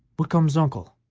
whitcomb's uncle,